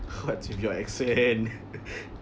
what's with your accent